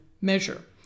measure